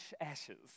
ashes